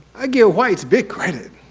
i give whites big credit.